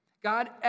God